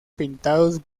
pintados